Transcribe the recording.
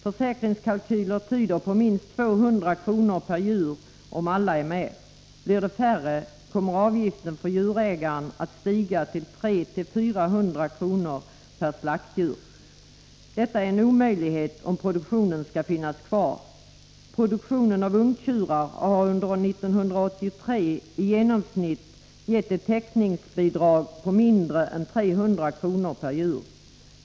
Försäkringskalkyler tyder på att det kostar minst 200 kr. per djur om alla är med. Blir det färre, kommer avgiften för djurägaren att stiga till 300-400 kr. per slaktdjur. Detta är en omöjlighet om produktionen skall finnas kvar. Produktionen av ungtjurar har under 1983 i genomsnitt gett ett täckningsbidrag på mindre än 300 kr. per djur.